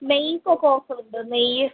നെയ്ക്കൊക്ക offer ഉണ്ടോ നെയ്യ്